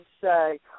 say